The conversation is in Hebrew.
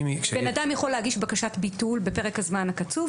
אדם יכול להגיש בקשת ביטול בפרק הזמן הקצוב,